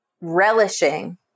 relishing